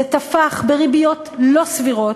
זה תפח בריביות לא סבירות,